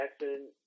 Jackson